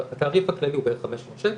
התעריף הכללי הוא בערך 500 שקל,